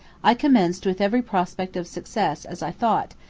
i commenced with every prospect of success as i thought,